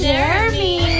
Jeremy